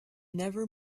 never